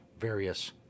various